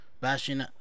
bashing